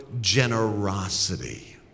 generosity